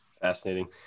Fascinating